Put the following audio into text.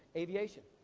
aviation.